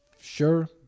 sure